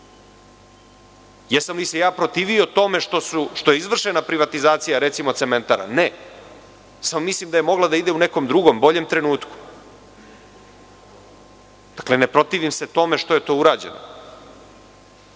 sam se ja protivio tome što je izvršena privatizacija, recimo, cementara? Ne, samo mislim da je mogla da ide u nekom drugom, boljem trenutku. Dakle, ne protivim se tome što je to urađeno,